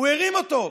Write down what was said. הוא הרים אותו.